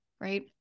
right